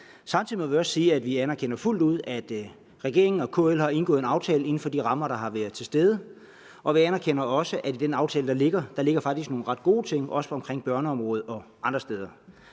Samtidig må vi også sige, at vi fuldt ud anerkender, at regeringen og KL har indgået en aftale inden for de rammer, der har været til stede. Og vi anerkender også, at i den aftale, der ligger, ligger der faktisk nogle ret gode ting, også omkring børneområdet og andre områder.